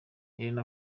irene